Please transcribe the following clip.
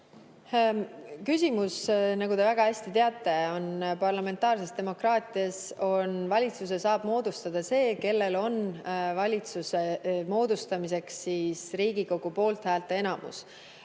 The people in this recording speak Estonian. Aitäh! Nagu te väga hästi teate, parlamentaarses demokraatias saab valitsuse moodustada see, kellel on valitsuse moodustamiseks Riigikogu poolthäälte enamus,